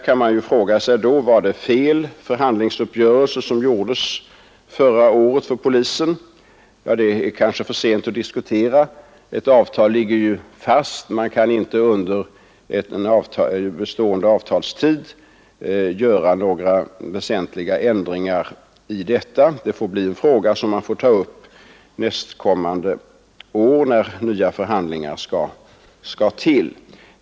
Man kan fråga sig om förhandlingsuppgörelsen för polisen förra året var fel. Det är kanske för sent att diskutera den saken därför att ett avtal ju ligger fast. Man kan inte under en bestående avtalsperiod göra några väsentliga ändringar. Frågan får tas upp när nya förhandlingar skall föras.